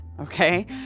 okay